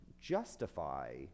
justify